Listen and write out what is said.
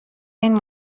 این